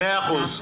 בסדר.